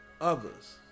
others